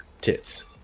Tits